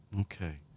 Okay